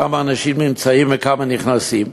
כמה אנשים נמצאים וכמה נכנסים,